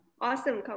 Awesome